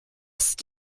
must